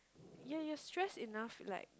ya you're stress enough like